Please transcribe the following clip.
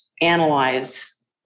analyze